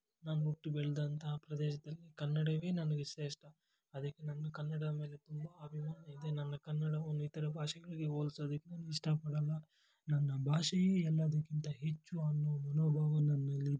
ನಾನು ಹುಟ್ಟಿ ಬೆಳೆದಂಥ ಪ್ರದೇಶದಲ್ಲಿ ಕನ್ನಡವೇ ನನಗೆ ಶ್ರೇಷ್ಠ ಅದಕ್ಕೆ ನನ್ನ ಕನ್ನಡದ ಮೇಲೆ ತುಂಬ ಅಭಿಮಾನ ಇದೆ ನನ್ನ ಕನ್ನಡವು ಇತರ ಭಾಷೆಗಳಿಗೆ ಹೋಲ್ಸೋದಕ್ಕೆ ನಾನು ಇಷ್ಟಪಡಲ್ಲ ನನ್ನ ಭಾಷೆಯೇ ಎಲ್ಲದಕ್ಕಿಂತ ಹೆಚ್ಚು ಅನ್ನೋ ಮನೋಭಾವ ನನ್ನಲ್ಲಿದೆ